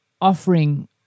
offering